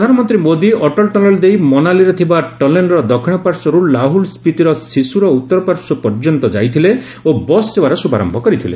ପ୍ରଧାନମନ୍ତ୍ରୀ ମୋଦୀ ଅଟଳ ଟନେଲ ଦେଇ ମନାଲିରେ ଥିବା ଟନେଲର ଦକ୍ଷିର ପାର୍ଶ୍ୱରୁ ଲାହୁଲ ସ୍ୱିତିର ସିସୁର ଉତ୍ତରପାର୍ଶ୍ୱ ପର୍ଯ୍ୟନ୍ତ ଯାଇଥିଲେ ଓ ବସ୍ ସେବାର ଶୁଭାରନ୍ଭ କରିଥିଲେ